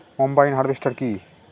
Combine harvester কি?